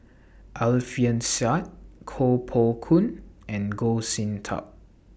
Alfian Sa'at Koh Poh Koon and Goh Sin Tub